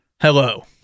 Hello